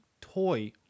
toy